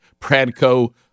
Pradco